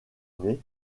nez